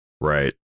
right